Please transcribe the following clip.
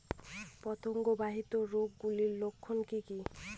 পতঙ্গ বাহিত রোগ গুলির লক্ষণ কি কি?